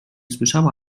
słyszała